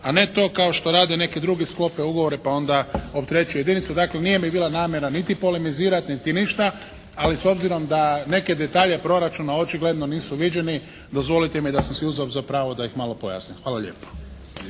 a ne to kao što rade neki drugi, sklope ugovore pa onda opterećuju jedinicu. Dakle nije mi bila namjera niti polemizirati niti ništa, ali s obzirom da neke detalje proračuna očigledno nisu viđeni dozvolite mi da sam si uzeo za pravo da ih malo pojasnim. Hvala lijepa.